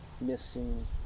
missing